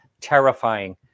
terrifying